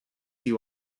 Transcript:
you